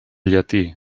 llatí